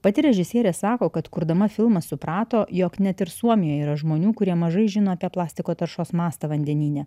pati režisierė sako kad kurdama filmą suprato jog net ir suomijoje yra žmonių kurie mažai žino apie plastiko taršos mastą vandenyne